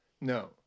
No